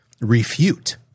refute